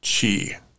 Chi